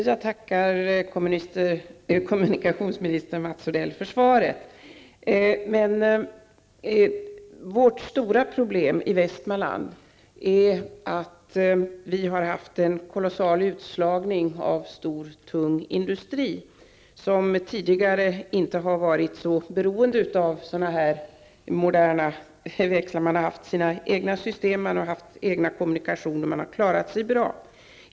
Herr talman! Jag tackar kommunikationsminister Mats Odell för svaret. Vårt stora problem i Västmanland är att vi har haft en kolossal utslagning av stor, tung industri, som tidigare inte har varit så beroende av sådana här moderna växlar. Man har haft sina egna system, man har haft egna kommunikationer, och man har klarat sig bra.